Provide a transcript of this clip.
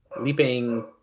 leaping